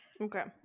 okay